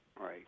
right